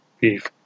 beef